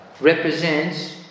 represents